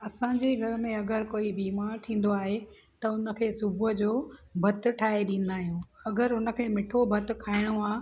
असांजे घर में अगरि कोई बीमारु थींदो आहे त उनखे सुबुह जो भतु ठाहे ॾींदा आहियूं अगरि हुनखे मिठो भतु खाइणो आहे